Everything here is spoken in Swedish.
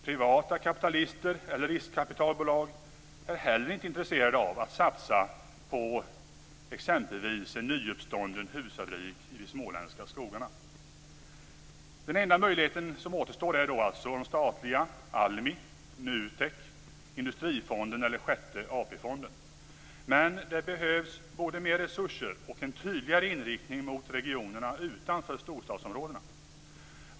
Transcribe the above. Privata kapitalister eller riskkapitalbolag är heller inte intresserade av att satsa på exempelvis en nyuppstånden husfabrik i de småländska skogarna. Den enda möjlighet som återstår är då statliga fonden. Men det behövs mer resurser och en tydligare inriktning mot regionerna utanför storstadsområdena.